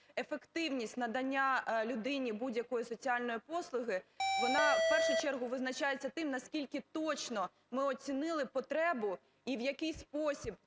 ефективність надання людині будь-якої соціальної послуги, вона в першу чергу визначається тим, наскільки точно ми оцінили потребу і в який спосіб